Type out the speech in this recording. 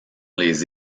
les